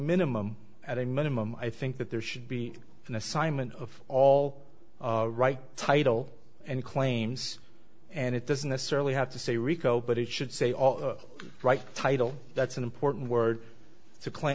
minimum at a minimum i think that there should be an assignment of all right title and claims and it doesn't necessarily have to say rico but it should say all right title that's an important word to cli